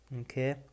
okay